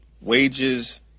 wages